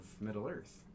Middle-earth